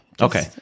Okay